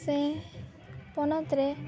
ᱥᱮ ᱯᱚᱱᱚᱛ ᱨᱮ